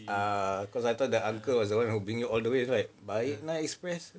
ah cause I thought the uncle was the one who bring you all the way right baiknya express